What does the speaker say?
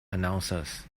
announcers